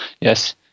Yes